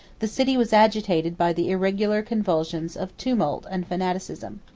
the city was agitated by the irregular convulsions of tumult and fanaticism.